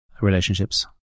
relationships